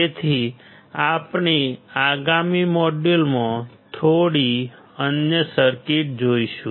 તેથી આપણે આગામી મોડ્યુલમાં થોડી અન્ય સર્કિટ જોઈશું